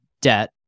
debt